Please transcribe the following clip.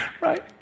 Right